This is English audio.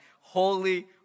Holy